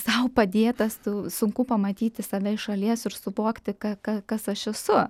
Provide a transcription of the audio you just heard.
sau padėtas tu sunku pamatyti save iš šalies ir suvokti ką ką kas aš esu